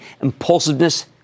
impulsiveness